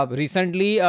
recently